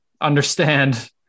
understand